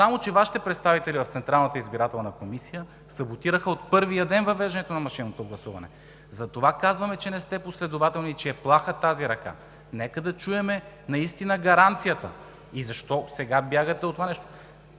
в Централната избирателна комисия саботираха от първия ден въвеждането на машинното гласуване. Затова казваме, че не сте последователни и че е плаха тази ръка. Нека да чуем наистина гаранцията и защо сега бягате от това нещо?